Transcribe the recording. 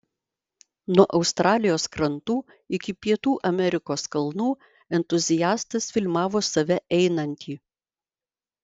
nuo australijos krantų iki pietų amerikos kalnų entuziastas filmavo save einantį